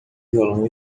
violão